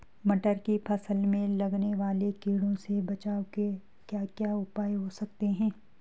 मटर की फसल में लगने वाले कीड़ों से बचाव के क्या क्या उपाय हो सकते हैं?